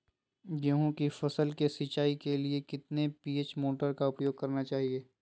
गेंहू की फसल के सिंचाई के लिए कितने एच.पी मोटर का उपयोग करना चाहिए?